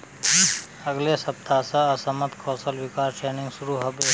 अगले सप्ताह स असमत कौशल विकास ट्रेनिंग शुरू ह बे